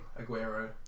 Aguero